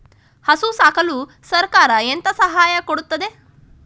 ಹಸು ಸಾಕಲು ಸರಕಾರ ಎಂತ ಸಹಾಯ ಕೊಡುತ್ತದೆ?